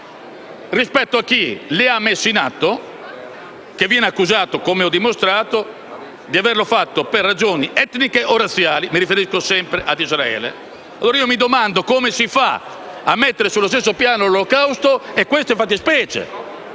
rispetto a chi le ha messe in atto, essendo accusato - come ho dimostrato - di averlo fatto per ragioni etniche o razziali (mi riferisco sempre a Israele). Mi domando ora come si faccia a mettere sullo stesso piano l'Olocausto e queste fattispecie,